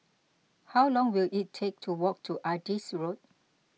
how long will it take to walk to Adis Road